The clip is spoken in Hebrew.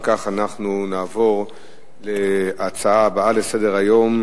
אם כך, אנחנו נעבור להצעות הבאות לסדר-היום: